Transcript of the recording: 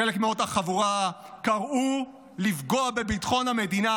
חלק מאותה חבורה קראו לפגוע בביטחון המדינה